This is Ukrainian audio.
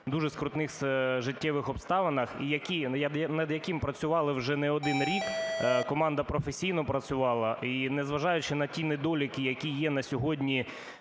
дуже скрутних життєвих обставинах, і над яким працювали вже не один рік, команда професійно працювала. І незважаючи на ті недоліки, які є на сьогодні,